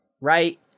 right